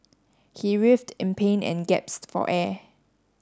he writhed in pain and gasped for air